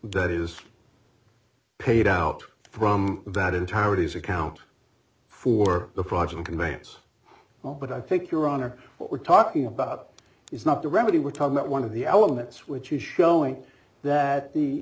that is paid out from that entireties account for the project conveyance but i think your honor what we're talking about is not the remedy we're talking about one of the elements which is showing that